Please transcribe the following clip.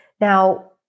Now